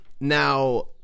Now